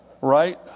right